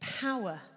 power